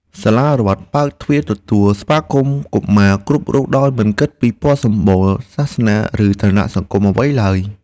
សាលារដ្ឋបើកទ្វារទទួលស្វាគមន៍កុមារគ្រប់រូបដោយមិនគិតពីពណ៌សម្បុរ សាសនា ឬឋានៈសង្គមអ្វីឡើយ។